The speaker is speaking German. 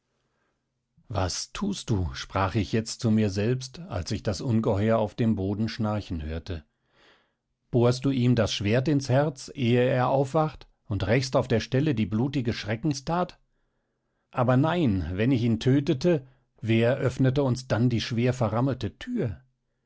was thust du sprach ich jetzt zu mir selbst als ich das ungeheuer auf dem boden schnarchen hörte bohrst du ihm das schwert ins herz ehe er aufwacht und rächst auf der stelle die blutige schreckenstat aber nein wenn ich ihn tötete wer öffnete uns dann die schwer verrammelte thür